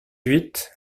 huit